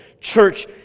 church